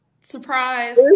surprise